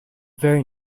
very